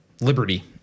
liberty